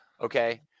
Okay